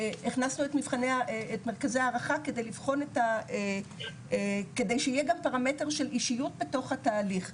הכנסנו את מרכזי ההערכה כדי שיהיה גם פרמטר של אישיות בתוך התהליך.